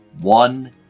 one